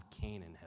Canaan